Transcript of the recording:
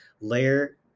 layer